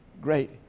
great